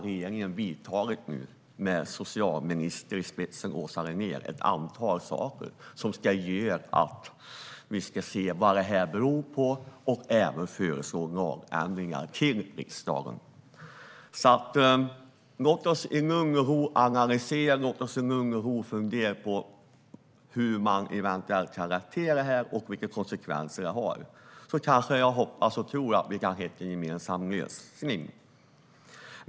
Regeringen har nu med socialminister Åsa Regnér i spetsen vidtagit ett antal åtgärder som ska visa vad detta beror på och föreslå lagändringar till riksdagen. Låt oss i lugn och ro analysera och fundera på hur detta kan hanteras och vilka konsekvenser det får. Då hoppas och tror jag att vi kan hitta en gemensam lösning.